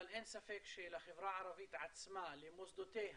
אבל אין ספק שלחברה הערבית עצמה, למוסדותיה,